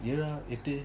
ஏழரை எட்டு:ezhaza eattu